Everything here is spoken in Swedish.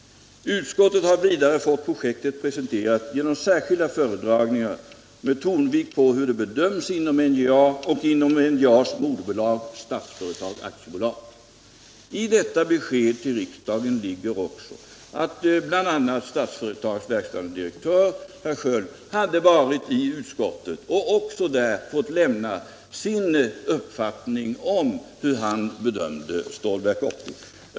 Utskottet har vidare fått projektet presenterat genom särskilda föredragningar med tonvikt på hur det bedöms inom NJA och inom NJA:s moderbolag Statsföretag AB.” I detta besked till riksdagen ligger också att bl.a. Statsföretags verkställande direktör herr Sköld varit i utskottet och också där fått lämna sin uppfattning om hur han bedömde Stålverk 80.